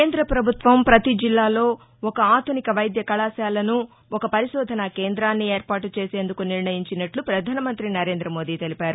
కేంద్ర పభుత్వం పతి జిల్లాలో ఒక ఆధునిక వైద్య కళాశాలను ఒక పరిశోధనా కేందాన్ని ఏర్పాటు చేసేందుకు నిర్ణయించినట్ల పధాన మంతి నరేంద్ర మోదీ తెలిపారు